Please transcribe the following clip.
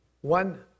One